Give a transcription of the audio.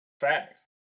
Facts